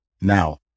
now